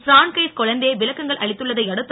François Hollande விளக்கங்கள் அளித்துள்ளதை அடுத்து